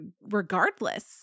regardless